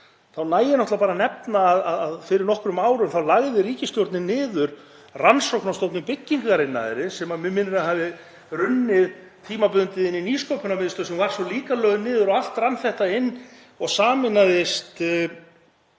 þá nægir náttúrlega að nefna að fyrir nokkrum árum lagði ríkisstjórnin niður Rannsóknastofnun byggingariðnaðarins, sem mig minnir að hafi runnið tímabundið inn í Nýsköpunarmiðstöð sem var svo líka lögð niður og allt rann þetta inn og sameinaðist